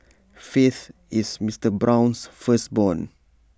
faith is Mister Brown's firstborn